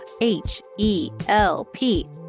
H-E-L-P